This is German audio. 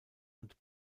und